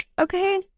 Okay